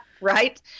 right